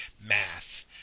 math